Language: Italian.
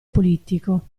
politico